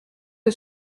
que